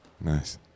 Nice